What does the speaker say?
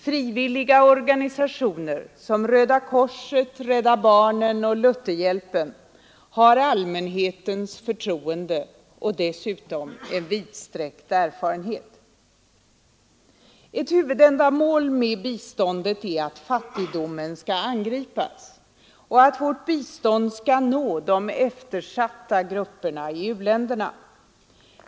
Frivilliga organisationer som Röda korset, Rädda barnen och Lutherhjälpen har allmänhetens förtroende och dessutom en vidsträckt erfarenhet. Ett huvudändamål med biståndet är att fattigdomen skall angripas och att vårt bistånd skall nå de eftersatta grupperna i u-länderna.